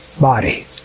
body